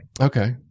Okay